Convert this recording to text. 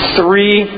three